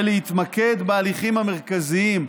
ולהתמקד בהליכים המרכזיים.